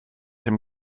him